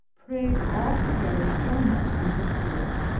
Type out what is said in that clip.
preyed altogether so much on her spirits,